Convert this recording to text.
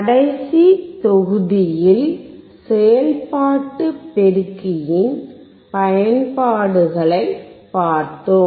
கடைசி தொகுதியில் செயல்பாட்டு பெருக்கியின் பயன்பாடுகளைப் பார்த்தோம்